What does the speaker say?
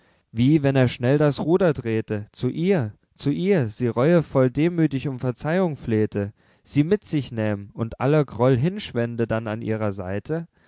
wie wenn er schnell das ruder drehte zu ihr zu ihr sie reuevoll demüthig um verzeihung flehte sie mit sich nähm und aller groll hinschwände dann an ihrer seite